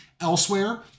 elsewhere